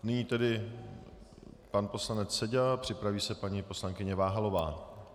Nyní tedy pan poslanec Seďa, připraví se paní poslankyně Váhalová.